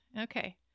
Okay